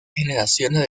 generaciones